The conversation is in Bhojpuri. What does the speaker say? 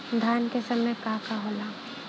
धान के समय का का होला?